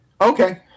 Okay